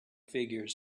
figures